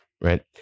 Right